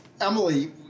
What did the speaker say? Emily